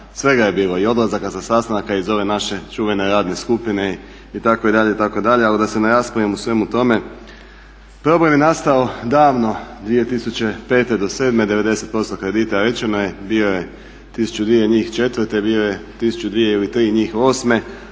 Svega je bilo i odlazaka sa sastanaka iz ove naše čuvene radne skupine itd., itd. Ali da se ne raspravljamo o svemu tome. Problem je nastao davno, 2005. do 2007. 90% kredita rečeno je bilo je 1000, 2000 njih 2004., bio je 1000, 2000 ili